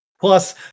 Plus